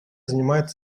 занимает